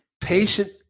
Patient